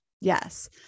Yes